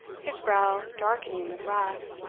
his brow darkening with wrath.